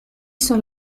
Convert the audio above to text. son